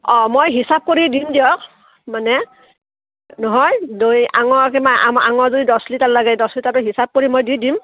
অঁ মই হিচাপ কৰি দিম দিয়ক মানে নহয় দৈ আঙ কিমান আঙ যদি দছ লিটাৰ লাগে দছ লিটাৰকে হিচাপ কৰি মই দি দিম